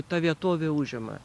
ta vietovė užima